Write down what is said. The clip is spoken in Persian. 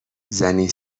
زنی